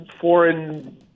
foreign